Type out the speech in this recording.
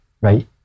right